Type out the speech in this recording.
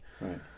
Right